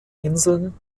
inseln